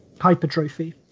hypertrophy